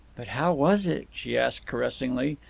but how was it, she asked caressingly,